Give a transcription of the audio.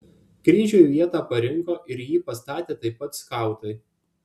kryžiui vietą parinko ir jį pastatė taip pat skautai